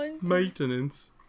maintenance